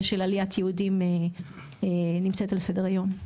של עליית יהודים נמצא על סדר היום.